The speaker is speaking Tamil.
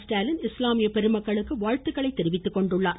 ஸ்டாலின் இஸ்லாமலிய பெருமக்களுக்கு வாழ்த்துக்களை தெரிவித்துக்கொண்டுள்ளார்